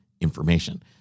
information